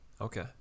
Okay